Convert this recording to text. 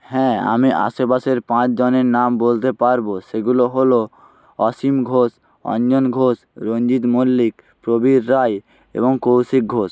হ্যাঁ আমি আশেপাশের পাঁচজনের নাম বলতে পারবো সেগুলো হলো অসীম ঘোষ অঞ্জন ঘোষ রঞ্জিত মল্লিক প্রবীর রায় এবং কৌশিক ঘোষ